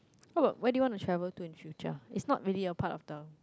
how about why did you want to travel to in future it's not really a part of the